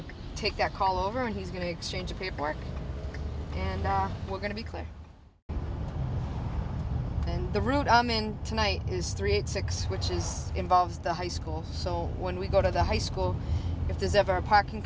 to take that call over and he's going to exchange paperwork and i we're going to be clear and the route i'm in tonight is three eight six which is involves the high school so when we go to the high school if there's ever a parking